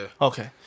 Okay